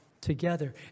together